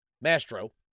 Mastro